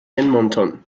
edmonton